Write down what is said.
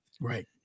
Right